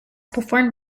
performed